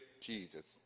Jesus